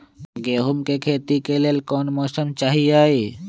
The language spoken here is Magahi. गेंहू के खेती के लेल कोन मौसम चाही अई?